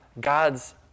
God's